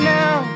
now